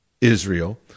israel